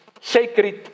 sacred